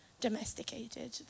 domesticated